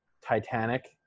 Titanic